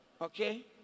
Okay